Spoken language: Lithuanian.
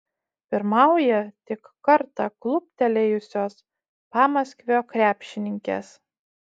pirmauja tik kartą kluptelėjusios pamaskvio krepšininkės